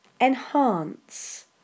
Enhance